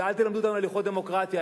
ואל תלמדו אותנו הלכות דמוקרטיה.